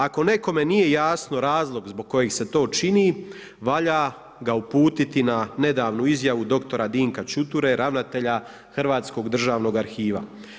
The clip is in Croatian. Ako nekome nije jasan razlog zbog kojeg se to čini valja ga uputiti na nedavnu izjavu dr. Dinka Čuture, ravnatelja Hrvatskog državnog arhiva.